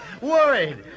worried